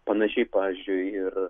panašiai pavyzdžiui ir